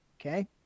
Okay